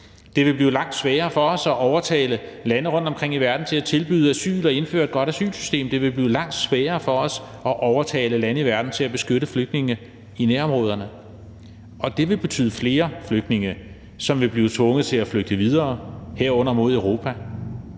Det vil blive langt sværere for os at overtale lande rundtomkring i verden til at tilbyde asyl og indføre et godt asylsystem. Det vil blive langt sværere for os at overtale lande i verden til at beskytte flygtninge i nærområderne, og det vil betyde flere flygtninge, som vil blive tvunget til at flygte videre, herunder mod Europa.